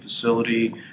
facility